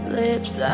lips